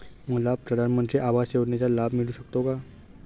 मला प्रधानमंत्री आवास योजनेचा लाभ मिळू शकतो का?